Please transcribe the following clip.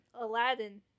Aladdin